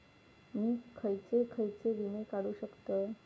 मी खयचे खयचे विमे काढू शकतय?